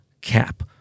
cap